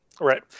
Right